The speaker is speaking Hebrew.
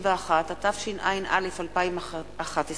51), התשע"א 2011,